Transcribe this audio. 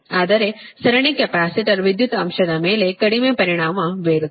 ಆದರೆ ಸರಣಿ ಕೆಪಾಸಿಟರ್ ವಿದ್ಯುತ್ ಅಂಶದ ಮೇಲೆ ಕಡಿಮೆ ಪರಿಣಾಮ ಬೀರುತ್ತದೆ